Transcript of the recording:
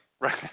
right